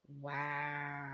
Wow